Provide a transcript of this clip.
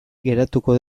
geratuko